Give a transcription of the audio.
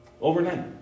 Overnight